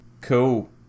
Cool